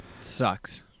Sucks